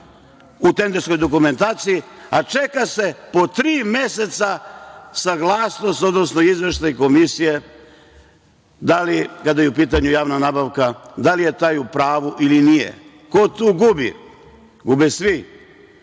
u tenderskoj dokumentaciji, a čeka se po tri meseca saglasnost, odnosno izveštaj komisije da li, kada je u pitanju javna nabavka, je taj u pravu ili nije, ko tu gubi? Gube svi. Kada